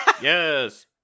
Yes